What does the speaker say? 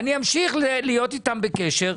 אני אמשיך להיות איתם בקשר,